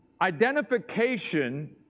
identification